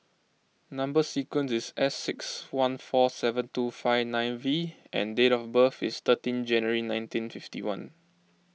Number Sequence is S six one four seven two five nine V and date of birth is thirteen January nineteen fifty one